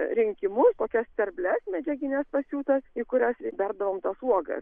rinkimus tokias sterbles medžiagines pasiūtas į kurias berdavom tas uogas